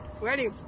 Ready